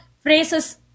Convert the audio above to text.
phrases